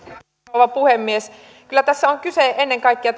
rouva puhemies kyllä tässä yrittäjävähennyksessä on kyse ennen kaikkea